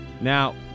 Now